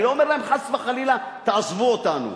אני לא אומר להם, חס וחלילה, תעזבו אותנו.